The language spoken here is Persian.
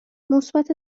مثبت